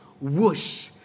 whoosh